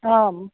आं